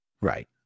Right